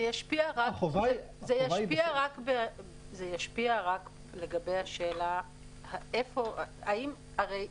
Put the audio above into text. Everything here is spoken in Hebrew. זה ישפיע רק לגבי השאלה איפה הרי,